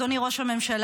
אדוני ראש הממשלה,